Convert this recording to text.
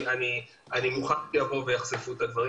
אין לי בעיה שיחשפו את הדברים".